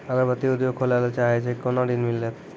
अगरबत्ती उद्योग खोले ला चाहे छी कोना के ऋण मिलत?